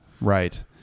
Right